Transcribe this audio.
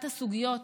אחת הסוגיות